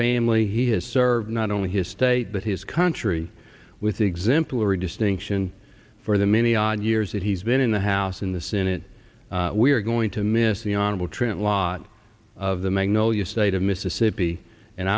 family he has served not only his state but his country with exemplary distinction for the many odd years that he's been in the house in the senate we are going to miss the honorable trent lott of the magnolia state of mississippi and